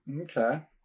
Okay